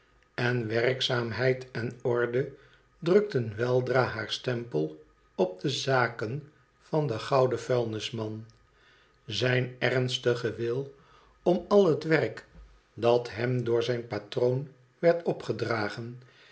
en werkzaamheid en orde drukten weldra haar stempel op de zaken van den gouden vuilnisman zijn ernstige wil om al het werk dat hem door zijn patroon werd opgedragen